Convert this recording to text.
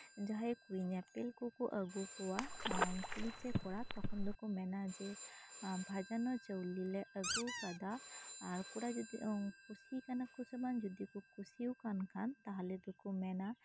ᱡᱟᱦᱟᱸᱭ ᱠᱚ ᱧᱮᱯᱮᱞ ᱠᱚᱠᱚ ᱟᱹᱜᱩ ᱠᱚᱣᱟ ᱠᱩᱲᱤ ᱥᱮ ᱠᱚᱲᱟ ᱛᱚᱠᱷᱚᱱ ᱫᱚᱠᱚ ᱢᱮᱱᱟ ᱡᱮ ᱵᱷᱟᱡᱟᱱ ᱟᱨ ᱪᱟᱣᱞᱮ ᱞᱮ ᱟᱹᱜᱩᱣᱟᱠᱟᱫᱟ ᱟᱨ ᱠᱚᱲᱟ ᱡᱩᱫᱤ ᱠᱩᱥᱤᱣ ᱠᱟᱱᱟ ᱠᱚ ᱥᱮ ᱵᱟᱝ ᱡᱩᱫᱤ ᱠᱚ ᱠᱩᱥᱤᱣᱟᱠᱟᱱ ᱠᱷᱟᱱ ᱛᱟᱦᱞᱮ ᱫᱚᱠᱚ ᱢᱮᱱᱟ